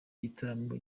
gitaramo